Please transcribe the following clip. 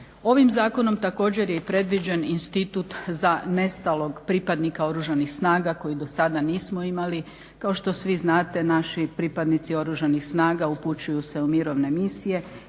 Ovim zakonom također je i predviđen institut za nestalnog pripadnika oružanih snaga koji do sada nismo imali. Kao što svi znate naši pripadnici oružanih snaga upućuju se u mirovne misije